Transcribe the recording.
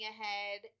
ahead